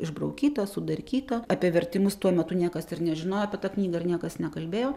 išbraukyta sudarkyta apie vertimus tuo metu niekas ir nežinojo apie tą knygą ir niekas nekalbėjo